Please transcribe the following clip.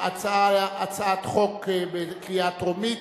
בהצעת חוק לקריאה טרומית,